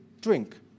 drink